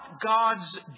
God's